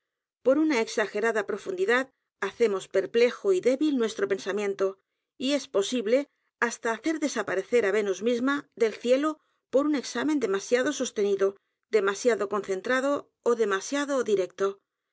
ñ a exagerada profundidad hacemos perplejo y débil nuestro pensamiento y es posible hasta hacer desaparecer á venus misma del cielo por un examen demasiado sostenido demasiado concentrado ó demasiado directo